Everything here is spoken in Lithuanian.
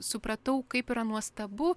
supratau kaip yra nuostabu